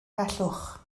gallwch